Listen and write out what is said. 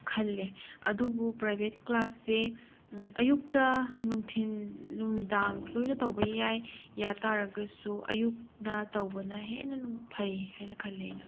ꯈꯜꯂꯦ ꯑꯗꯨꯕꯨ ꯄ꯭ꯔꯥꯏꯚꯦꯠ ꯀ꯭ꯂꯥꯁꯁꯦ ꯑꯌꯨꯛꯇ ꯅꯨꯡꯊꯤꯜ ꯅꯨꯃꯤꯗꯥꯡ ꯂꯣꯏꯅ ꯇꯧꯕ ꯌꯥꯏ ꯌꯥꯇꯥꯔꯒꯁꯨ ꯑꯌꯨꯛꯅ ꯇꯧꯕꯅ ꯍꯦꯟꯅ ꯐꯩ ꯍꯥꯏꯅ ꯈꯜꯂꯤ ꯑꯩꯅ